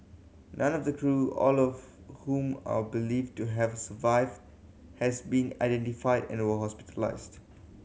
none of the crew all of whom are believed to have survived has been identified and were hospitalised